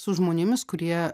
su žmonėmis kurie